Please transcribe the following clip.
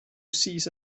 cease